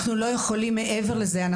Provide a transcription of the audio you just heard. אנחנו לא יכולים מעבר לזה.